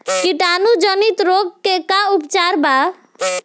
कीटाणु जनित रोग के का उपचार बा?